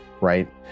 right